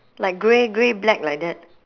like grey grey black like that